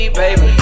baby